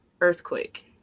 earthquake